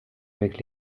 avec